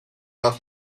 off